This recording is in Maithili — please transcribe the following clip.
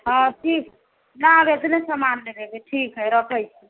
हँ ठीक ना इतने सामान लेबयके है